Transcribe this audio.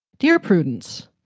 dear prudence,